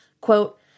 quote